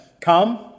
Come